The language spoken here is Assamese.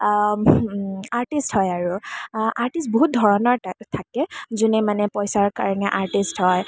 আৰ্টিষ্ট হয় আৰু আৰ্টিষ্ট বহুত ধৰণৰ থাকে যোনে মানে পইচাৰ কাৰণে আৰ্টিষ্ট হয়